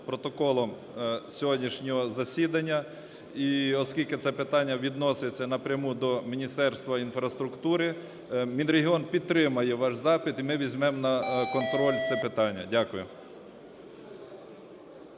протоколи сьогоднішнього засідання. І оскільки це питання відноситься напряму до Міністерства інфраструктури, Мінрегіон підтримає ваш запит і ми візьмемо на контроль це питання. Дякую.